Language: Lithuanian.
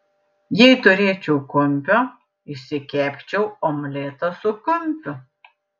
jei turėčiau kumpio išsikepčiau omletą su kumpiu